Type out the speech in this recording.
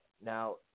Now